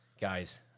Guys